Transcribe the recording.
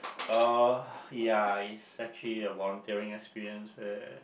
uh ya it's actually a volunteering experience where